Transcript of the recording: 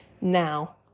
now